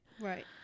Right